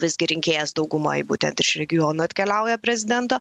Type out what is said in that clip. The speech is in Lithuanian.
visgi rinkėjas daugumoj būtent iš regionų atkeliauja prezidento